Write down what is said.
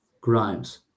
Grimes